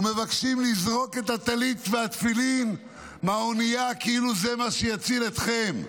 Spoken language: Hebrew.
ומבקשים לזרוק את הטלית והתפילין מהאונייה כאילו זה מה שיציל אתכם.